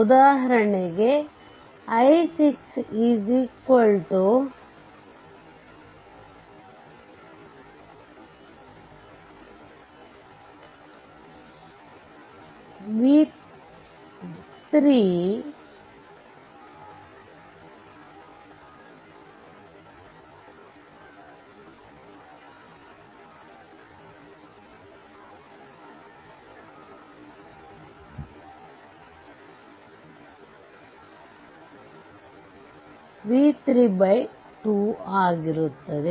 ಉದಾಹರಣೆಗೆ i6 v32 ಆಗಿರುತ್ತದೆ